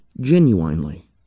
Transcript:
genuinely